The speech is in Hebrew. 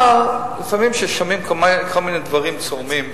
אבל לפעמים כששומעים כל מיני דברים צורמים,